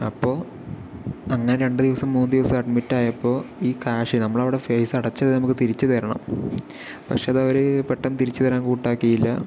അപ്പോൾ അങ്ങനെ രണ്ട് ദിവസം മൂന്ന് ദിവസം അഡ്മിറ്റായപ്പോൾ ഈ കാശ് നമ്മളവിടെ ഫീസടച്ചത് നമുക്ക് തിരിച്ച് തരണം പക്ഷെ അത് അവര് പെട്ടന്ന് തിരിച്ച് തരാൻ കൂട്ടാക്കിയില്ല